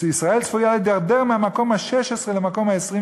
ישראל צפויה להידרדר מהמקום ה-16 למקום ה-26